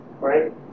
right